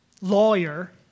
lawyer